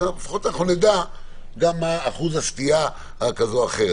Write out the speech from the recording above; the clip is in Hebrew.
לפחות אנחנו נדע מה אחוז הסטייה כזו או אחרת.